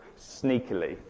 sneakily